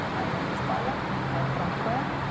my name is balla. i'm from koya,